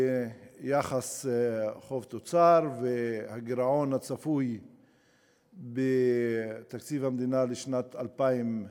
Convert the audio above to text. והיחס חוב תוצר והגירעון הצפוי בתקציב המדינה לשנת 2015,